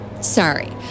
Sorry